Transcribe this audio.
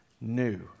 new